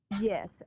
Yes